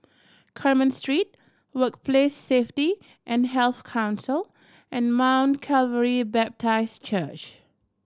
Carmen Street Workplace Safety and Health Council and Mount Calvary Baptist Church